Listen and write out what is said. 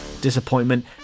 disappointment